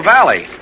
Valley